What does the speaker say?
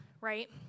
right